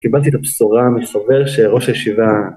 קיבלתי את הבשורה מחבר שראש הישיבה